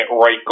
right